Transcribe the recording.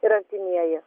ir artimieji